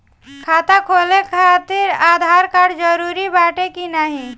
खाता खोले काहतिर आधार कार्ड जरूरी बाटे कि नाहीं?